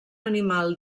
animal